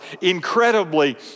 incredibly